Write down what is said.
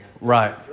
Right